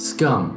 Scum